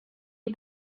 die